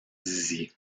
dizier